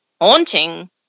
haunting